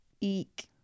Eek